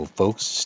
folks